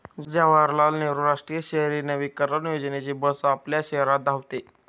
जवाहरलाल नेहरू राष्ट्रीय शहरी नवीकरण योजनेची बस आपल्या शहरात धावते